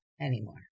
anymore